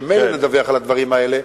שממילא מדווח על הדברים האלה,